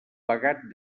pegat